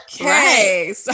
Okay